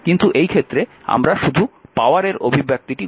কিন্তু এই ক্ষেত্রে আমরা শুধু পাওয়ারের অভিব্যক্তিটি গণনা করব p v i